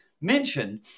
mentioned